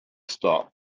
stop